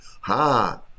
Ha